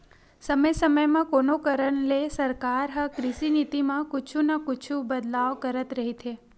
समे समे म कोनो भी कारन ले सरकार ह कृषि नीति म कुछु न कुछु बदलाव करत रहिथे